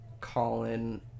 Colin